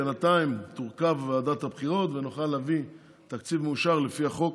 ובינתיים תורכב ועדת הבחירות ונוכל להביא תקציב מאושר לפי החוק,